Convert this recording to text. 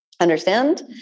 Understand